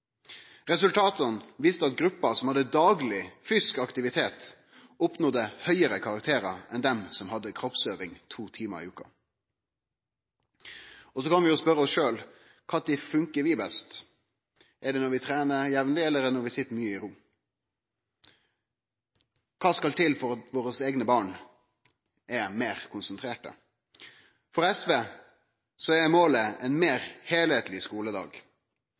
Resultatet viste at gruppa som hadde dagleg fysisk aktivitet, oppnådde høgare karakterar enn dei som hadde kroppsøving to timar i veka. Vi kan spørje oss sjølve: Kva tid fungerer vi best? Er det når vi trener jamleg, eller er det når vi sit mykje i ro? Kva skal til for at våre eigne barn skal bli meir konsentrerte? For SV er målet ein meir